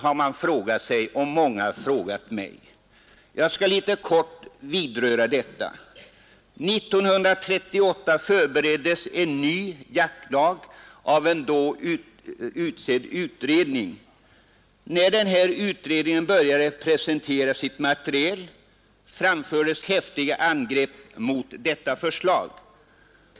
Jag skall helt kort beröra detta. År 1938 förbereddes en ny jaktlag av en då utsedd utredning. När denna utredning började presentera sitt material, framfördes häftiga angrepp mot utredningens förslag.